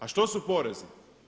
A što su porezi?